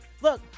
Look